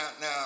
now